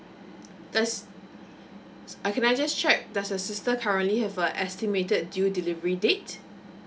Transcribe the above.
does uh can I just check does your sister currently have a estimated due delivery date